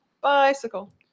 Bicycle